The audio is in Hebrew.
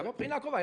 גם בבחינה הקרובה.